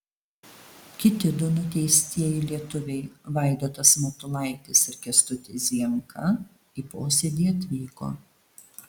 kiti du nuteistieji lietuviai vaidotas matulaitis ir kęstutis zienka į posėdį atvyko